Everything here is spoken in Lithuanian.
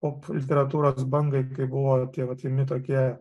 pop literatūros bangai kai buvo tie vat pirmi tokie